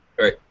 Right